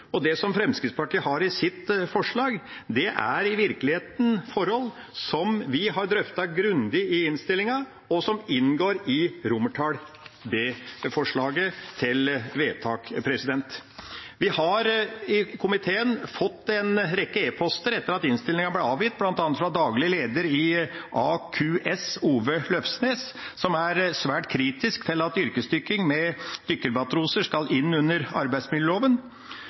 og det Fremskrittspartiet har i sitt forslag, er i virkeligheten forhold vi har drøftet grundig i innstillinga, og som inngår under komiteens tilråding B. Vi i komiteen har fått en rekke e-poster etter at innstillinga ble avgitt, bl.a. fra daglig leder i AQS, Ove Løfsnæs, som er svært kritisk til at yrkesdykking med dykkermatroser skal inn under arbeidsmiljøloven.